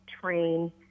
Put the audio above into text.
train